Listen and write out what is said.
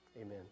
amen